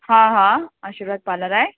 हा हा आशीर्वाद पालर आहे